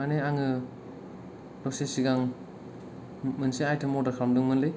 मानि आङो दसे सिगां मोनसे आइथेम अरदार खालामदोंमोनलै